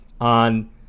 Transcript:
on